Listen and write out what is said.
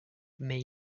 may